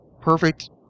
perfect